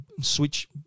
switch